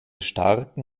starken